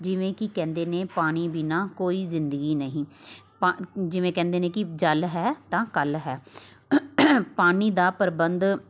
ਜਿਵੇਂ ਕਿ ਕਹਿੰਦੇ ਨੇ ਪਾਣੀ ਬਿਨਾਂ ਕੋਈ ਜ਼ਿੰਦਗੀ ਨਹੀਂ ਪਾ ਜਿਵੇਂ ਕਹਿੰਦੇ ਨੇ ਕਿ ਜਲ ਹੈ ਤਾਂ ਕੱਲ੍ਹ ਹੈ ਪਾਣੀ ਦਾ ਪ੍ਰਬੰਧ